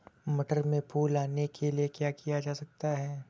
मटर में फूल आने के लिए क्या किया जा सकता है?